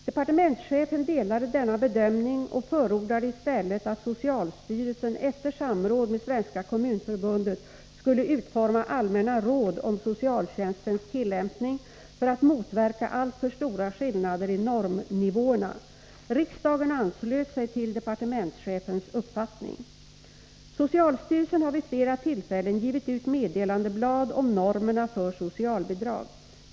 Departementschefen delade denna bedömning och förordade i stället att socialstyrelsen efter samråd med Svenska kommunförbundet skulle utforma allmänna råd om socialtjänstens tillämpning för att motverka alltför stora skillnader i normnivåerna. Riksdagen anslöt sig till departementschefens uppfattning. Socialstyrelsen har vid flera tillfällen givit ut meddelandeblad om normerna för socialbidrag.